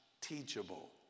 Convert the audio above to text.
teachable